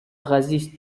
газиз